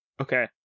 Okay